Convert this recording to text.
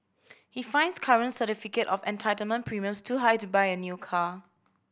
he finds current certificate of entitlement premiums too high to buy a new car